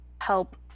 help